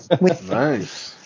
Nice